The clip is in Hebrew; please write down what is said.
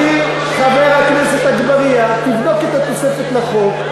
מכובדי, חבר הכנסת אגבאריה, תבדוק את התוספת לחוק.